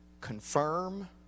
Confirm